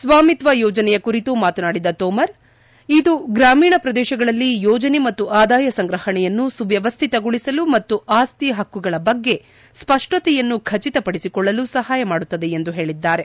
ಸ್ವಾಮಿತ್ವ ಯೋಜನೆಯ ಕುರಿತು ಮಾತನಾಡಿದ ತೋಮರ್ ಇದು ಗ್ರಾಮೀಣ ಪ್ರದೇಶಗಳಲ್ಲಿ ಯೋಜನೆ ಮತ್ತು ಆದಾಯ ಸಂಗ್ರಹಣೆಯನ್ನು ಸುವ್ಯವ್ಯತಗೊಳಿಸಲು ಮತ್ತು ಆಸ್ತಿ ಹಕ್ಕುಗಳ ಬಗ್ಗೆ ಸ್ಪಷ್ಟತೆಯನ್ನು ಖಚಿತಪಡಿಸಿಕೊಳ್ಳಲು ಸಹಾಯ ಮಾಡುತ್ತದೆ ಎಂದು ಹೇಳಿದ್ದಾರೆ